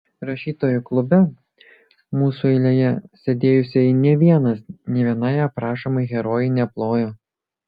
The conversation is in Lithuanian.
rašytojų klube mūsų eilėje sėdėjusieji nė vienas nė vienai aprašomai herojai neplojo